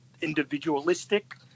individualistic